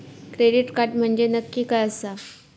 Credit card म्हंजे नक्की काय आसा?